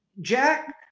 jack